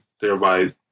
thereby